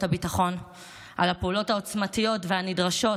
הביטחון על הפעולות העוצמתיות והנדרשות